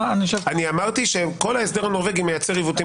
אמרתי שכל ההסדר הנורבגי מייצר עיוותים